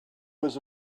was